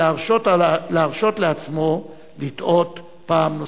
להרשות לעצמו לטעות פעם נוספת.